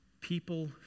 People